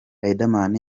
riderman